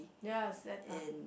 ya Seletar